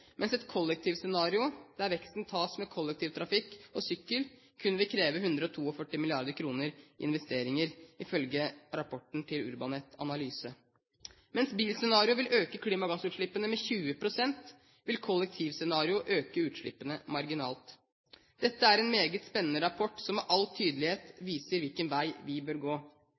sykkel, kun vil kreve 142 mrd. kr i investeringer ifølge rapporten til Urbanet Analyse. Mens bilscenarioet vil øke klimagassutslippene med 20 pst., vil kollektivscenarioet øke utslippene marginalt. Dette er en meget spennende rapport som med all tydelighet viser hvilken vei vi bør gå.